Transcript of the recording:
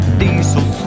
diesel